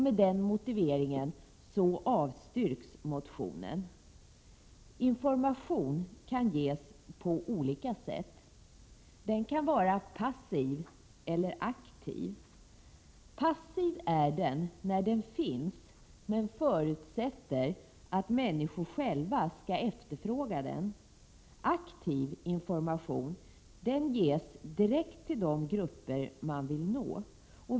Med den motiveringen avstyrks motionen. Information kan ges på olika sätt. Den kan vara passiv eller aktiv. Passiv är den när den finns, men då förutsättningen är att människor själva skall efterfråga den. Aktiv information ges direkt till de grupper som man vill nå.